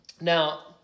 Now